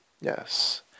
Yes